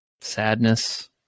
sadness